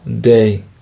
day